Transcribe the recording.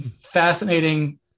fascinating